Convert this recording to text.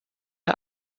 der